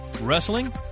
wrestling